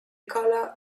color